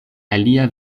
alia